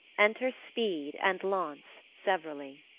enter speed and launce severally